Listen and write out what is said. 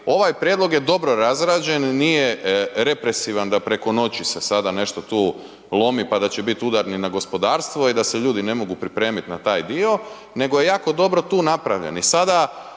ovaj prijedlog je dobro razrađen, nije represivan da preko noći se sada nešto tu lomi pa da će bit udarni na gospodarstvo i da se ljudi ne mogu pripremit na taj dio nego je jako dobro tu napravljen